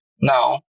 now